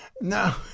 no